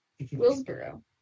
Willsboro